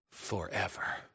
forever